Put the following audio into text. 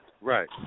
Right